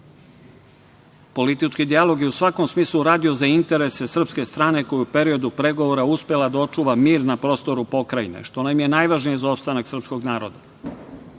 Politički dijalog je u svakom smislu radio za interese srpske strane koja je u periodu pregovora uspela da očuva mir na prostoru pokrajine, što nam je najvažnije za opstanak srpskog naroda. Kako